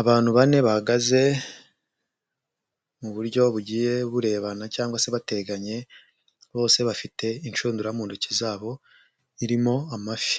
Abantu bane bahagaze muburyo bugiye burebana cyangwa se bateganye, bose bafite inshundura mu ntoki zabo, irimo amafi,